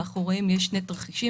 מאחוריהם יש שני תרחישים.